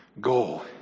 goal